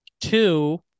two